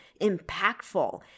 impactful